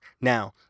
now